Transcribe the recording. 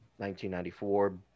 1994